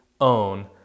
own